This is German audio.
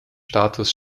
status